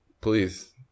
Please